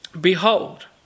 Behold